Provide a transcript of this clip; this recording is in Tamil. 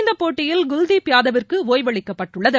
இந்தப்போட்டியில் குல்தீப் யாதவிற்கு ஓய்வு அளிக்கப்பட்டுள்ளது